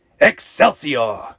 Excelsior